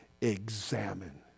examine